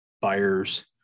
Buyers